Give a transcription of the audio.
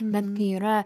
bet kai yra